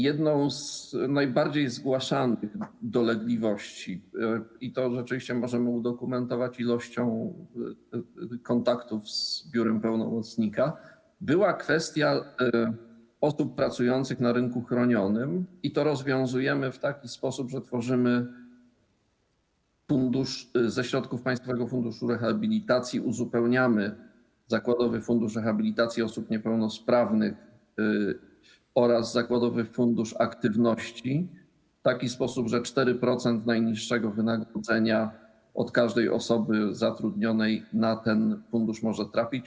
Jedną z najbardziej zgłaszanych dolegliwości - to oczywiście możemy udokumentować liczbą kontaktów z biurem pełnomocnika - była kwestia osób pracujących na rynku chronionym i to rozwiązujemy w taki sposób, że tworzymy fundusz ze środków państwowego funduszu rehabilitacji, uzupełniamy zakładowy fundusz rehabilitacji osób niepełnosprawnych oraz zakładowy fundusz aktywności w taki sposób, że 4% najniższego wynagrodzenia od każdej osoby zatrudnionej na ten fundusz może trafić.